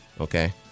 Okay